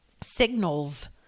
signals